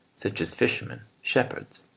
such as fishermen, shepherds,